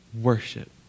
Worship